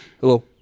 hello